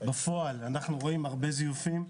בפועל אנחנו רואים הרבה זיופים.